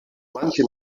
manche